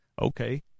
okay